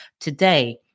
Today